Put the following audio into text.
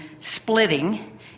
splitting